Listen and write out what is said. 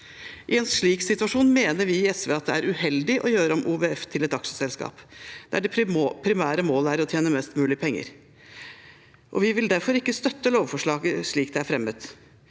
I en slik situasjon mener vi i SV at det er uheldig å gjøre om OVF til et aksjeselskap der det primære målet er å tjene mest mulig penger. Vi vil derfor ikke støtte lovforslaget slik det er fremmet.